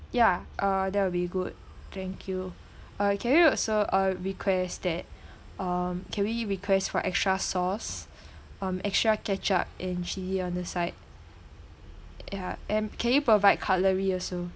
ya uh that will be good thank you uh can we also uh request that um can we request for extra sauce um extra ketchup and chilli on the side ya and can you provide cutlery also